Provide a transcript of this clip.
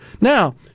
Now